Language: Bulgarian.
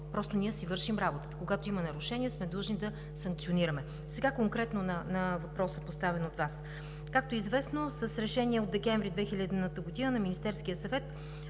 Просто ние си вършим работата. Когато има нарушения, сме длъжни да санкционираме. Сега конкретно на въпроса, поставен от Вас. Както е известно, с Решение от декември 2000 г. на Министерския съвет